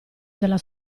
della